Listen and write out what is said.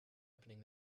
opening